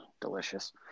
Delicious